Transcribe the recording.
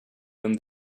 them